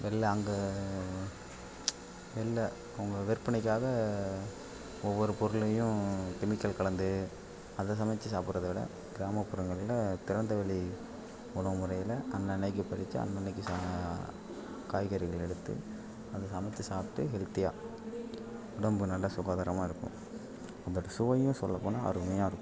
வெளில அங்கே வெளில அவங்க விற்பனைக்காக ஒவ்வொரு பொருளையும் கெமிக்கல் கலந்து அதை சமைச்சு சாப்பிட்றத விட கிராமப்புறங்கள்ல திறந்த வெளி உணவு முறையில் அன்னன்னைக்கு பறிச்சு அன்னன்னைக்கு சா காய்கறிகள் எடுத்து அதை சமைச்சி சாப்பிட்டு ஹெல்த்தியாக உடம்பு நல்லா சுகாதாரமாக இருக்கும் அந்த சுவையும் சொல்லப் போனால் அருமையாக இருக்கும்